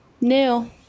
new